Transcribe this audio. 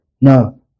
no